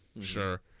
Sure